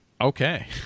Okay